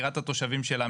מכירה את התושבים שלה,